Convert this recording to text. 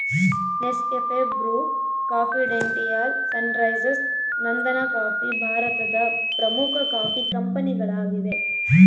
Nescafe, Bru, Confidential, Sunrise, ನಂದನಕಾಫಿ ಭಾರತದ ಪ್ರಮುಖ ಕಾಫಿ ಕಂಪನಿಗಳಾಗಿವೆ